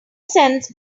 cents